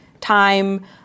time